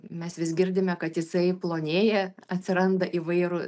mes vis girdime kad jisai plonėja atsiranda įvairū